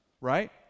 right